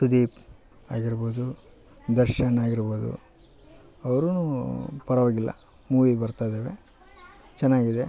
ಸುದೀಪ್ ಆಗಿರಬೋದು ದರ್ಶನ್ ಆಗಿರಬೋದು ಅವ್ರೂ ಪರವಾಗಿಲ್ಲ ಮೂವಿ ಬರ್ತಾ ಇದ್ದಾವೆ ಚೆನ್ನಾಗಿದೆ